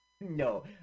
No